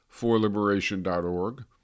forliberation.org